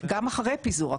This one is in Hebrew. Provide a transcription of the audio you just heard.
גם אחרי פיזור הכנסת.